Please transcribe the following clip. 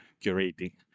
curating